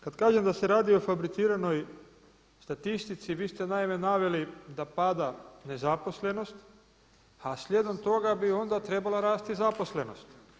Kada kažem da se radi o fabriciranoj statistici vi ste naime naveli da pada nezaposlenost a slijedom toga bi onda trebala rasti i zaposlenost.